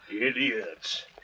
Idiots